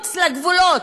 מחוץ לגבולות.